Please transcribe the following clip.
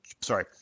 sorry